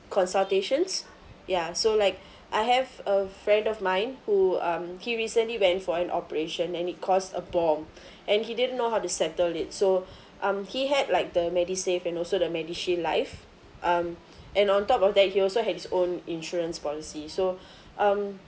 consultations ya so like I have a friend of mine who um he recently went for an operation and it cost a bomb and he didn't know how to settle it so um he had like the MediSave and also the MediShield life um and on top of that he also had he's own insurance policy so um